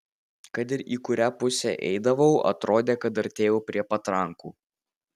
kad ir į kurią pusę eidavau atrodė kad artėju prie patrankų